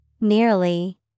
Nearly